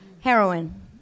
Heroin